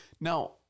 Now